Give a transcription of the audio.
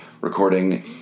recording